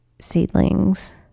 seedlings